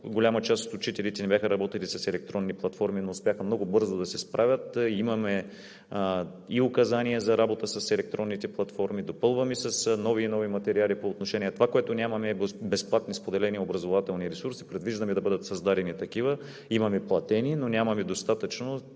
голяма част от учителите не бяха работили с електронни платформи, но успяха много бързо да се справят. Имаме и указания за работа с електронните платформи, допълваме с нови и нови материали. Това, което нямаме, е безплатни споделени образователни ресурси. Предвиждаме да бъдат създадени такива. Имаме платени, но нямаме достатъчно